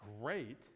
great